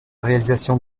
réalisation